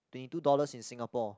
twenty two dollars in Singapore